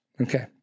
okay